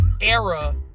era